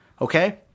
Okay